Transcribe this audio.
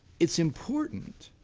it's important,